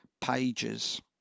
pages